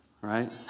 right